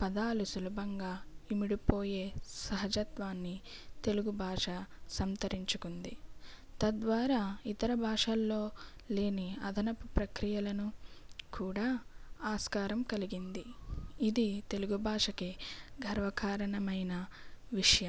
పదాలు సులభంగా ఇమిడిపోయే సహజత్వాన్ని తెలుగు భాష సంతరించుకుంది తద్వారా ఇతర భాషల్లో లేని అదనపు ప్రక్రియలను కూడా ఆస్కారం కలిగింది ఇది తెలుగు భాషకి గర్వకారణమైన విషయం